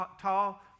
tall